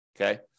okay